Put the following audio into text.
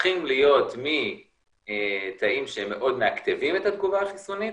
הופכים להיות מתאים שמאוד מאקטבים את התגובה החיסונית